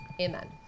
Amen